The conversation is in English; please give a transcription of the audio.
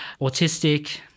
autistic